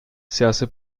hace